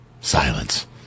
Silence